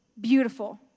beautiful